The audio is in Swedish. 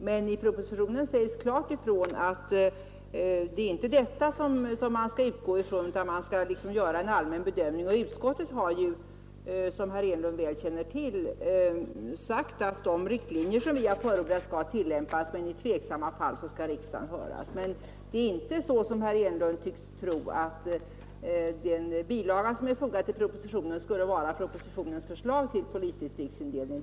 Men i propositionen sägs klart ifrån att det inte är detta som man skall utgå ifrån, utan man skall göra en allmän bedömning, och utskottet har ju, som herr Enlund väl känner till, sagt att de riktlinjer som vi har förordat skall tillämpas och i tveksamma fall skall riksdagen höras. Det är alltså inte så, som herr Enlund tycks tro, att den bilaga som är fogad till propositionen skulle vara propositionens förslag till polisdistriktsindelning.